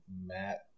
Matt